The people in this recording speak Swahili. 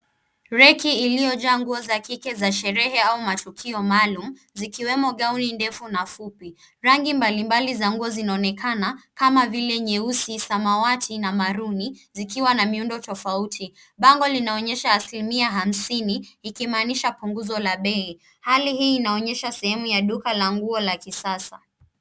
Reki iliyojaa nguo za kike za sherehe au matukio maalum zikiwemo gauni ndefu na fupi. Rangi mbalimbali za nguo zinaonekana kama vile nyeusi, samawati na maruni zikiwa na miundo tofauti. Bango linaonyesha asilimia hamsini ikimaanisha punguzo la bei. Hali hii inaonyesha sehemu ya duka la nguo la kisasa.